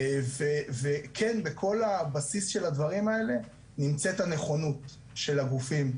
וכן בכל הבסיס של הדברים האלה נמצאת הנכונות של הגופים,